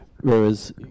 whereas